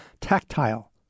tactile